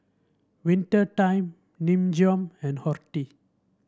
Winter Time Nin Jiom and Horti